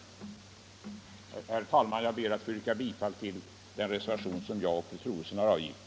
Herr talman! Jag ber att få yrka bifall till den reservation som jag och fru Troedsson har avgivit.